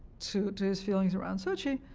to to his feelings around sochi.